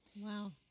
Wow